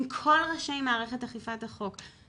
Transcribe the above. עם כל ראשי מערכת אכיפת החוק,